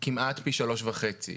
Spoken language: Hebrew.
כמעט פי שלוש וחצי,